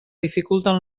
dificulten